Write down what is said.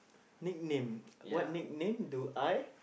nickname what nickname do I